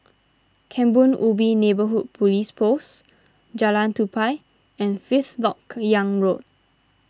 Kebun Ubi Neighbourhood Police Post Jalan Tupai and Fifth Lok Yang Road